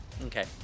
Okay